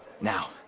Now